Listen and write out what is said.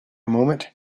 moment